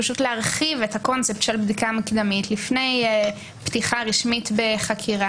פשוט להרחיב את הקונספט של בדיקה מקדמית לפני פתיחה רשמית בחקירה,